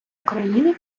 україни